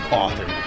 author